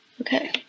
okay